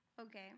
okay